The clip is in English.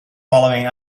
following